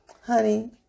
honey